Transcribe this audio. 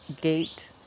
gate